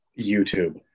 YouTube